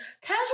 casual